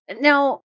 Now